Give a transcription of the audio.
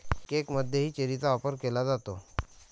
केकमध्येही चेरीचा वापर केला जातो